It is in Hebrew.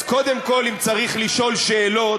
אז קודם כול, אם צריך לשאול שאלות,